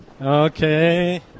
Okay